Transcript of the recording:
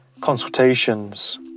consultations